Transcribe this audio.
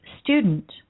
student